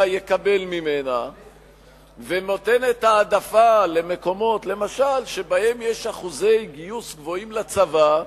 יקבל ממנה ונותנת העדפה למשל למקומות שבהם יש שיעורי גיוס גבוהים לצבא,